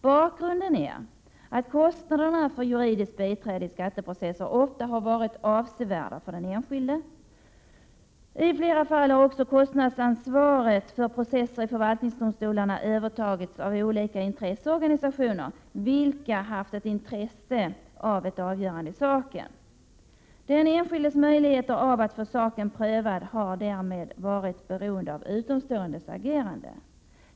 Bakgrunden är att kostnaderna för juridiskt biträde i skatteprocesser ofta har varit avsevärda för den enskilde. I flera fall har också kostnadsansvaret för processer i förvaltningsdomstolarna övertagits av olika intresseorganisationer, vilka haft ett intresse av ett avgörande i saken. Den enskildes möjligheter att få saken prövad har därmed varit beroende av utomståendes agerande.